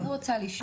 אני רוצה לשאול.